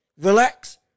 relax